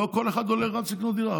לא כל אחד רץ לקנות דירה.